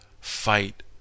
fight